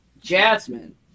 Jasmine